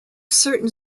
certain